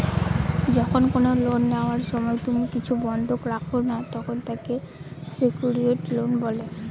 যখন কোনো লোন নেওয়ার সময় তুমি কিছু বন্ধক রাখো না, তখন তাকে সেক্যুরড লোন বলে